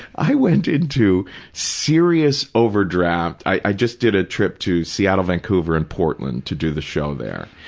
i went into serious overdraft, i just did a trip to seattle, vancouver and portland to do the show there,